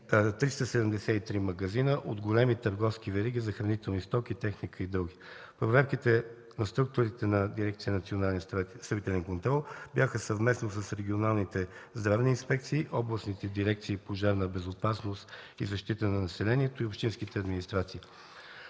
373 магазина от големи търговски вериги за хранителни стоки, техника и други. Проверките от структурите на Дирекцията за национален строителен контрол бяха съвместно с регионалните здравни инспекции, областните дирекции „Пожарна безопасност и защита на населението” и общинските администрации.